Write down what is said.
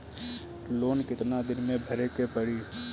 Loan कितना दिन मे भरे के पड़ी?